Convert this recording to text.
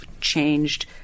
changed